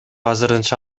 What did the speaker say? азырынча